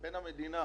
בין המדינה